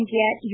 get